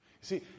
see